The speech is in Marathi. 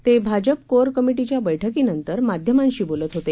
तेभाजपकोअरकमिटीच्याबैठकीनंतरमाध्यमांशीबोलतहोते